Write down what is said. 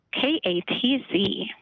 K-A-T-Z